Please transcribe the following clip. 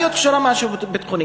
היא צריכה להיות קשורה למשהו ביטחוני.